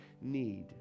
need